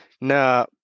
Now